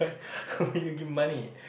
but you give money